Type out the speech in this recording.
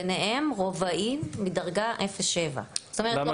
ביניהם רובאי מדרגה 07. זאת אומרת,